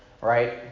right